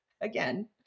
again